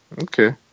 Okay